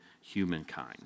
humankind